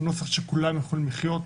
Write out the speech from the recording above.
הוא נוסח שכולנו יכולים לחיות איתו.